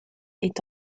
est